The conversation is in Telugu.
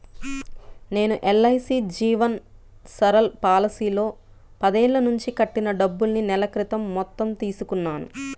నేను ఎల్.ఐ.సీ జీవన్ సరల్ పాలసీలో పదేళ్ళ నుంచి కట్టిన డబ్బుల్ని నెల క్రితం మొత్తం తీసుకున్నాను